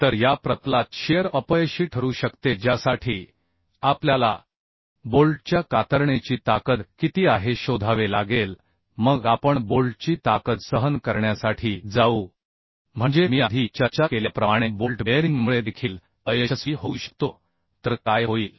तर या प्रतलात शिअर अपयशी ठरू शकते ज्यासाठी आपल्याला बोल्टच्या कातरणेची ताकद किती आहे शोधावे लागेल मग आपण बोल्टची ताकद सहन करण्यासाठी जाऊ म्हणजे मी आधी चर्चा केल्याप्रमाणे बोल्ट बेअरिंगमुळे देखील अयशस्वी होऊ शकतो तर काय होईल